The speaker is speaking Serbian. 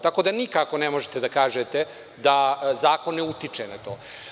Tako da nikako ne možete da kažete da zakon ne utiče na to.